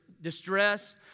distress